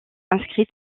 inscrite